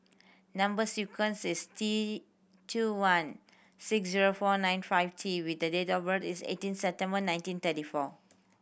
number sequence is T two one six zero four nine five T with the date of birth is eighteen September nineteen thirty four